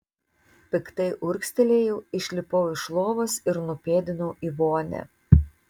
piktai urgztelėjau išlipau iš lovos ir nupėdinau į vonią